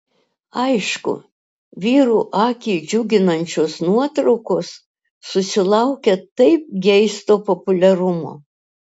aišku vyrų akį džiuginančios nuotraukos susilaukia taip geisto populiarumo